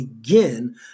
again